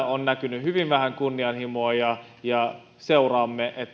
on näkynyt hyvin vähän kunnianhimoa seuraamme